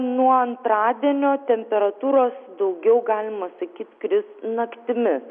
nuo antradienio temperatūros daugiau galima sakyt kris naktimis